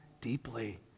deeply